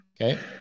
Okay